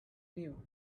knew